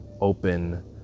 open